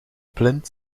plint